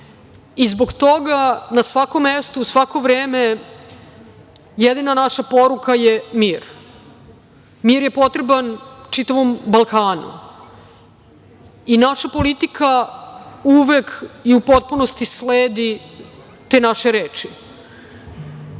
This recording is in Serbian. I zbog toga na svakom mestu, u svako vreme jedina naša poruka je mir. Mir je potreban čitavom Balkanu i naša politika uvek i u potpunosti sledi te naše reči. To